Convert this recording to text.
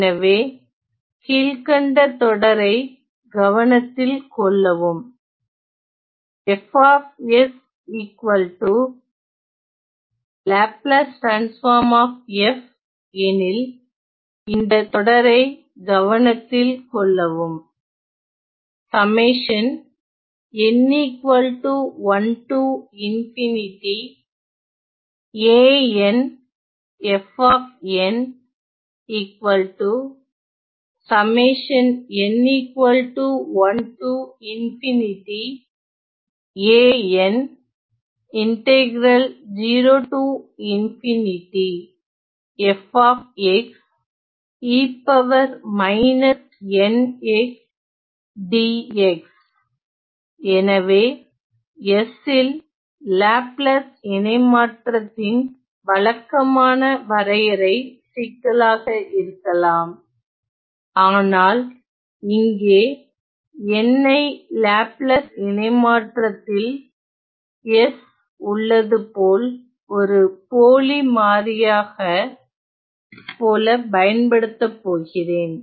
எனவே கீழ்கண்ட தொடரை கவனத்தில் கொள்ளவும் F Lf எனில் இந்த தொடரை கவனத்தில் கொள்ளவும் எனவே s ல் லாப்லேஸ் இணைமாற்றத்தின் வழக்கமான வரையறை சிக்கலாக இருக்கலாம் ஆனால் இங்கே n ஐ லாப்லாஸ் இணைமாற்றத்தில் s உள்ளதுபோல் ஒரு போலி மாறியாக போல பயன்படுத்த போகிறேன்